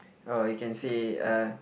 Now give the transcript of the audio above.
orh you can say uh